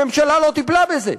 הממשלה לא טיפלה בזה.